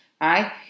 right